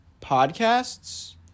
podcasts